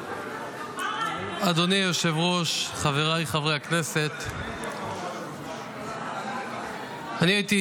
אדוני היושב-ראש, חבריי חברי הכנסת, אני הייתי